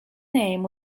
name